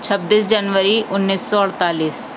چھبیس جنوری انیس سو اڑتالیس